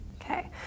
Okay